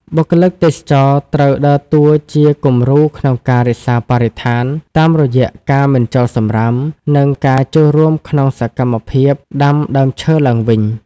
បុគ្គលិកទេសចរណ៍ត្រូវដើរតួជាគំរូក្នុងការរក្សាបរិស្ថាន តាមរយៈការមិនចោលសំរាម និងការចូលរួមក្នុងសកម្មភាពដាំដើមឈើឡើងវិញ។